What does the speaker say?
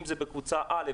אם זה בקבוצה א',